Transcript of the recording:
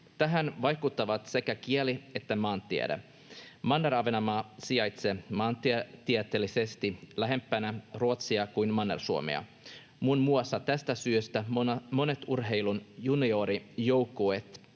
Tähän vaikuttavat sekä kieli että maantiede. Manner-Ahvenanmaa sijaitsee maantieteellisesti lähempänä Ruotsia kuin Manner-Suomea. Muun muassa tästä syystä monet urheilun juniorijoukkueet